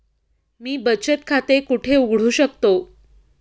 मी बचत खाते कुठे उघडू शकतो?